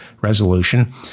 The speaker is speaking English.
resolution